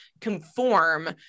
conform